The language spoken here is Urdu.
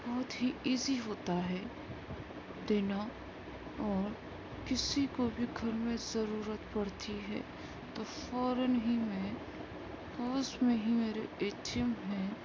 بہت ہی ایزی ہوتا ہے دینا اور کسی کو بھی گھر میں ضرورت پڑتی ہے تو فوراً ہی میں پاس میں ہی میرے اے ٹی ایم ہیں